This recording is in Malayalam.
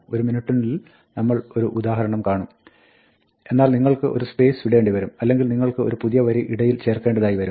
ഒരു മിനുട്ടിനുള്ളിൽ നമ്മൾ ഒരു ഉദാഹരണം കാണും എന്നാൽ നിങ്ങൾക്ക് ഒരു സ്പേസ് വിടേണ്ടി വരും അല്ലെങ്കിൽ നിങ്ങൾക്ക് പുതിയ ഒരു വരി ഇടയിൽ ചേർക്കേണ്ടതായി വരും